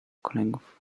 kolegów